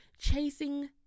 Chasing